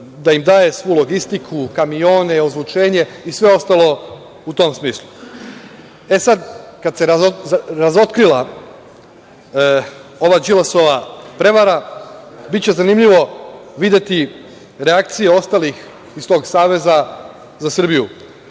da im daje svu logistiku, kamione, ozvučenje i sve ostalo u tom smislu. Sada kada se razotkrila ova Đilasova prevara biće zanimljivo videti reakcije ostalih iz tog Saveza za Srbiju.